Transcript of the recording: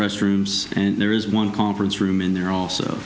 restrooms and there is one conference room in there